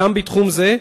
גם בתחום זה,